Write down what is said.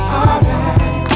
alright